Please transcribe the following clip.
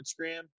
Instagram